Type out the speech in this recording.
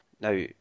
Now